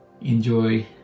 enjoy